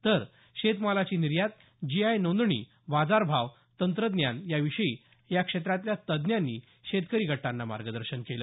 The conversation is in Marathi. तर शेतमालाची निर्यात जीआय नोंदणी बाजार भाव तंत्रज्ञान या विषयी या क्षेत्रातल्या तज्ञांनी शेतकरी गटांना मार्गदर्शन केलं